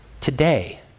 Today